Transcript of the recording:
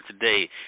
today